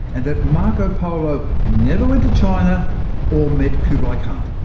and that marco polo never went to china or met kublai khan.